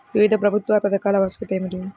వివిధ ప్రభుత్వా పథకాల ఆవశ్యకత ఏమిటి?